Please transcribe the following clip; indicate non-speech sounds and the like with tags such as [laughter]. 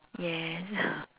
yes [breath]